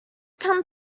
come